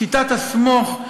שיטת ה"סמוך",